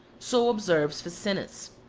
so observes ficinus.